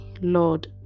Lord